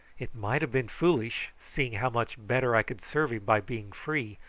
it might have been foolish, seeing how much better i could serve him by being free,